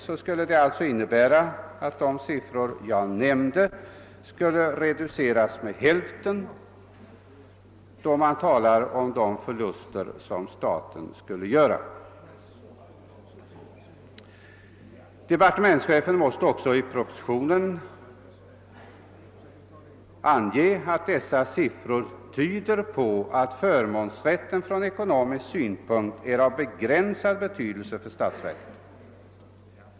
Det skulle innebära att statens förluster skulle uppgå till hälften av de belopp jag nämnde för de olika åren. Departementschefen måste också i propositionen medge att dessa siffror tyder på att förmånsrätten från ekonomisk synpunkt är av begränsad betydelse för statsverket.